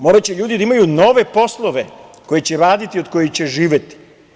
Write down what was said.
Moraće ljudi da imaju nove poslove koje će raditi i od kojih će živeti.